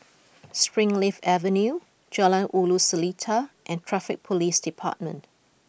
Springleaf Avenue Jalan Ulu Seletar and Traffic Police Department